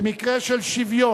במקרה של שוויון